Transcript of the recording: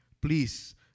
Please